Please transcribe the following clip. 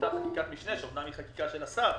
אותה חקיקת משנה שאומנם היא חקיקה של השר,